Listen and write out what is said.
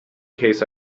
case